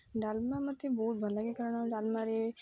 ଡ଼ାଲମା ମୋତେ ବହୁତ ଭଲ ଲାଗେ କାରଣ ଡ଼ାଲମାରେ